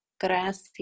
Gracias